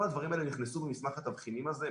כל הדברים האלה נכנסו במסמך התבחינים הזה.